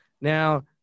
Now